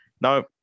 Now